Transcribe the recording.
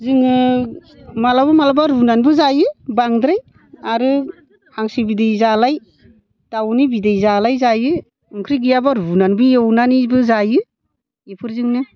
जोङो माब्लाबा माब्लाबा रुनानैबो जायो बांद्राय आरो हांसो बिदै जालाय दाउनि बिदै जालाय जायो ओंख्रि गैयाबा रुनानैबो एवनानैबो जायो बेफोरजोंनो